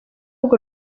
urwo